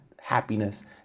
happiness